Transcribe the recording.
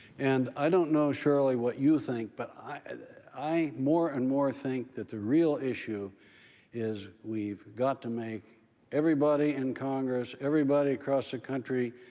and i don't know, shirley, what you think, but i more and more think that the real issue is we've got to make everybody in congress, everybody across the country,